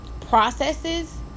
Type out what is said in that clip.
processes